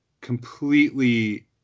completely